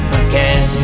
again